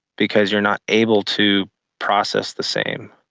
because you're not able to process the same.